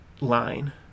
line